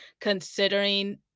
considering